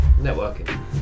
Networking